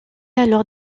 alors